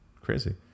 Crazy